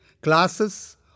classes